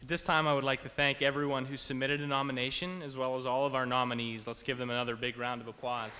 this time i would like to thank everyone who submitted a nomination as well as all of our nominees let's give them another big round of applause